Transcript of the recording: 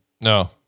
No